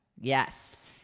Yes